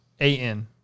A-N